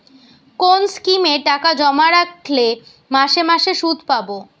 কোন স্কিমে টাকা জমা রাখলে মাসে মাসে সুদ পাব?